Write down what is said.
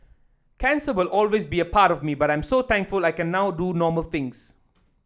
cancer will always be a part me but I am so thankful I can now do normal things